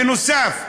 בנוסף,